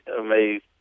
amazed